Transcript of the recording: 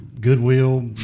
Goodwill